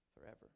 forever